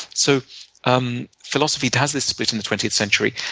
so um philosophy does this bit in the twentieth century.